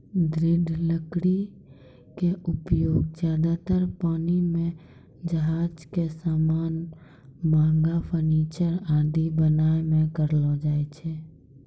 दृढ़ लकड़ी के उपयोग ज्यादातर पानी के जहाज के सामान, महंगा फर्नीचर आदि बनाय मॅ करलो जाय छै